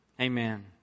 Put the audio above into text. amen